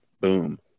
boom